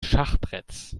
schachbretts